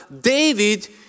david